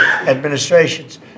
administrations